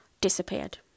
disappeared